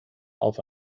auf